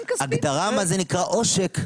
הגדרה מה זה נקרא עושק.